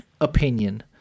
opinion